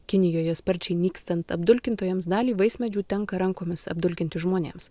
kinijoje sparčiai nykstant apdulkintojams dalį vaismedžių tenka rankomis apdulkinti žmonėms